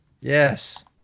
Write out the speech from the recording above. Yes